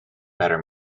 better